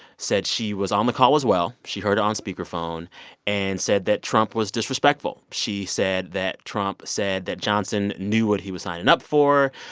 said she was on the call, as well. she heard it on speakerphone and said that trump was disrespectful she said that trump said that johnson knew what he was signing up for,